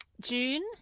June